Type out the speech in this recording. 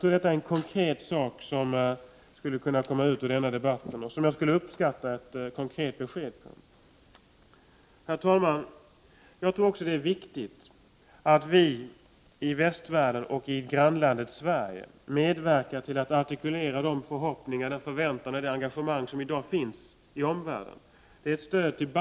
Det är en konkret sak som jag tror kan komma med anledning av denna debatt och som jag skulle uppskatta ett besked om. Herr talman! Jag tror också att det är viktigt att vi i västvärlden och i grannlandet Sverige medverkar till att artikulera de förhoppningar, den förväntan och det engagemang som i dag finns i omvärlden. Det är ett stöd till — Prot.